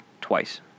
twice